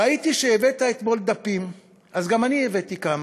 ראיתי שהבאת אתמול דפים, אז גם אני הבאתי כמה.